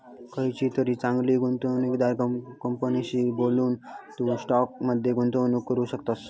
खयचीतरी चांगली गुंवणूकदार कंपनीशी बोलून, तू स्टॉक मध्ये गुंतवणूक करू शकतस